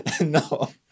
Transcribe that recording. No